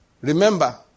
Remember